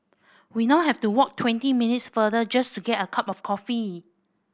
we now have to walk twenty minutes further just to get a cup of coffee